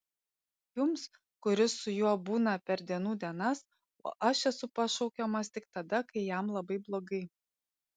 jums kuris su juo būna per dienų dienas o aš esu pašaukiamas tik tada kai jam labai blogai